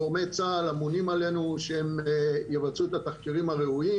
גורמי צה"ל אמונים עלינו שהם יבצעו את התחקירים הראויים